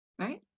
Right